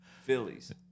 Phillies